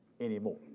anymore